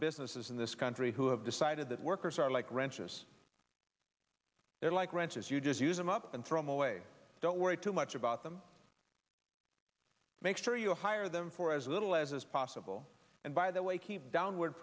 businesses in this country who have decided that workers are like ranches they're like wrenches you just use them up and throw him away don't worry too much about them make sure you hire them for as little as possible and by the way keep downward